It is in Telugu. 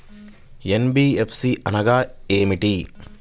ఎన్.బీ.ఎఫ్.సి అనగా ఏమిటీ?